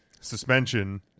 suspension